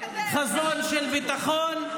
חזון של ביטחון,